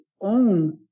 own